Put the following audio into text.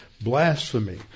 blasphemy